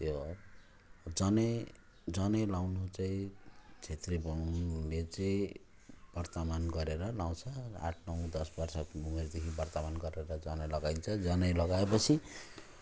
त्यो हो जनै जनै लाउनु चाहिँ छेत्री बाहुनले चाहिँ बर्तमान गरेर लाउँछ आठ नौ दस बर्ष उमेरदेखि बर्तमान गरेर जनै लगाइन्छ जनै लगाएपछि